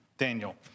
Daniel